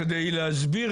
כדי להסביר